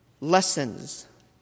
lessons